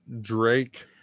Drake